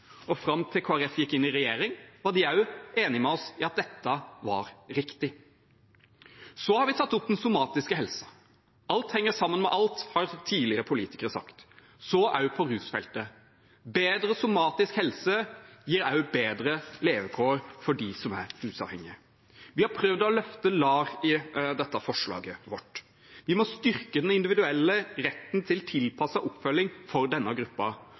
og fram til Kristelig Folkeparti gikk inn i regjering, var de også enige med oss i at dette er riktig. Så har vi tatt opp den somatiske helsen. Alt henger sammen med alt, har tidligere politikere sagt. Slik er det også på rusfeltet. Bedre somatisk helse gir også bedre levekår for dem som er rusavhengige. Vi har prøvd å løfte LAR i forslaget vårt. Vi må styrke den individuelle retten til tilpasset oppfølging for denne